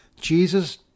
Jesus